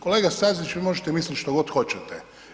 Kolega Staziću, možete misliti što god hoćete.